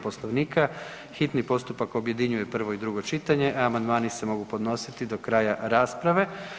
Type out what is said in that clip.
Poslovnika, hitni postupak objedinjuje prvo i drugo čitanje, a amandmani se mogu podnositi do kraja rasprave.